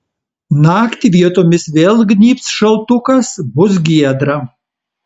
naktį vietomis vėl gnybs šaltukas bus giedra